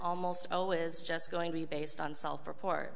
almost always just going to be based on self report